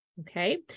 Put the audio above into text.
okay